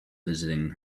visiting